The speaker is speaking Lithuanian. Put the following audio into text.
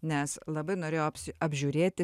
nes labai norėjau apsi apžiūrėti